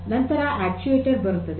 ನಂತರ ಅಕ್ಟುಯೆಟರ್ ಬರುತ್ತದೆ